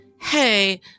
hey